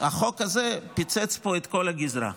החוק הזה פיצץ פה את כל הגזרה.